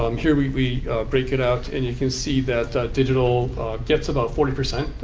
um here we we break it out. and you can see that digital gets about forty percent,